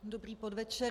Dobrý podvečer.